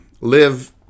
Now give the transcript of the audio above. Live